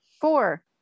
four